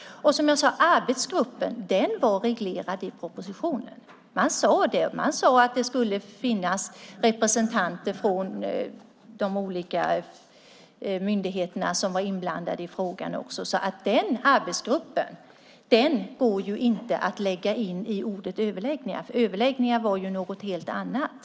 Som jag sade var arbetsgruppen reglerad i propositionen. Man sade det. Man sade att det skulle finnas representanter från de olika myndigheter som var inblandade i frågan också. Den arbetsgruppen går ju inte att lägga in i ordet överläggningar, för överläggningar är ju något helt annat.